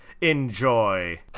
enjoy